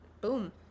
boom